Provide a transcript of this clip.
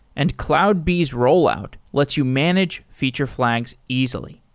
and cloudbees rollout lets you manage feature flags easily.